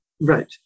Right